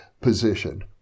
position